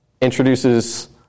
introduces